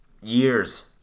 years